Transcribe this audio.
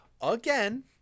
again